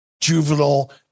juvenile